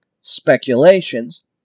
speculations